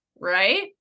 Right